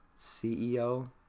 CEO